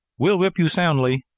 we'll whip you soundly!